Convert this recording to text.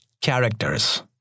characters